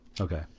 Okay